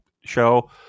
show